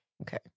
Okay